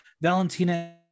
Valentina